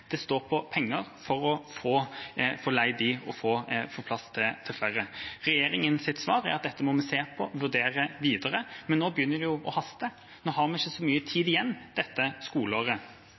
det står på penger for å få leid dem og få plass til flere. Regjeringas svar er at dette må de se på og vurdere videre, men nå begynner det å haste. Vi har ikke så mye tid igjen av dette skoleåret,